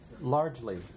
largely